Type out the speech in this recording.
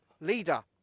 leader